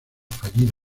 fallido